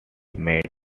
made